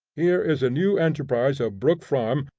here is a new enterprise of brook farm,